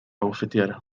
abofeteara